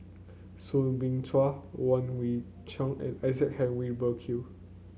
Soo Bin Chua Wong Kwei Cheong and Isaac Henry Burkill